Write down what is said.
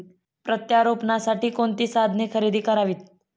प्रत्यारोपणासाठी कोणती साधने खरेदी करावीत?